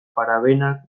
parabenak